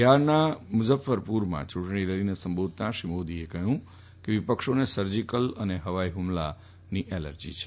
બિહારના મુઝફરપુરમાં યૂંટણી રેલીને સંબોધતાં શ્રી મોદીએ જણાવ્યું હતું કે વિપક્ષોને સર્જીકલ અને હવાઇ હુમલાથી એલર્જી છે